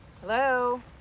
Hello